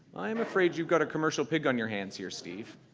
i'm afraid you've got a commercial pig on your hands here, steve.